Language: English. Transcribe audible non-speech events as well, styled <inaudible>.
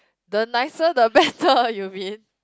the nicer the better <laughs> you mean